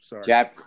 sorry